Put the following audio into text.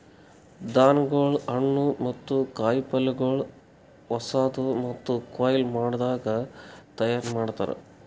ಧಾನ್ಯಗೊಳ್, ಹಣ್ಣು ಮತ್ತ ಕಾಯಿ ಪಲ್ಯಗೊಳ್ ಹೊಸಾದು ಮತ್ತ ಕೊಯ್ಲು ಮಾಡದಾಗ್ ತೈಯಾರ್ ಮಾಡ್ತಾರ್